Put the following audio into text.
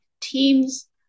teams